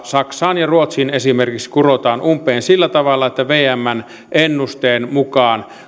esimerkiksi saksaan ja ruotsiin kurotaan umpeen sillä tavalla että vmn ennusteen mukaan